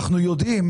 אנחנו יודעים